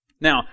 Now